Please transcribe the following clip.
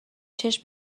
چشم